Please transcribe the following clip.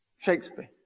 shakespeare? ah,